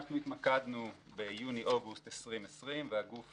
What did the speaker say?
אנחנו התמקדנו ביולי-אוגוסט 2020 והגוף